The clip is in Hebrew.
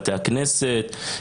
בתי הכנסת?